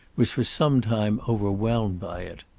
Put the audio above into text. was for some time overwhelmed by it.